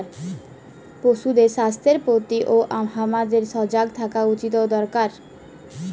পশুদের স্বাস্থ্যের প্রতিও হামাদের সজাগ থাকা উচিত আর দরকার